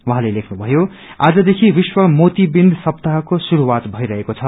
उहाँलेलेख्नु भयो आजदेखि विश्व मोतिविन्द सप्ताहको शुरूआत भइरहेको छ